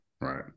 right